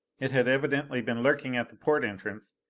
it had evidently been lurking at the port entrance,